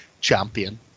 champion